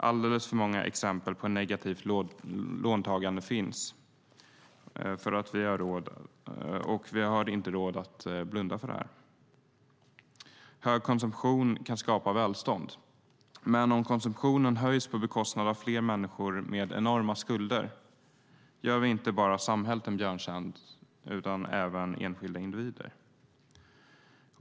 Alldeles för många exempel på negativt låntagande finns, och vi har inte råd att blunda för det. Hög konsumtion kan skapa välstånd, men om konsumtionen höjs på bekostnad av fler människor med enorma skulder gör vi inte bara samhället en björntjänst utan även enskilda individer.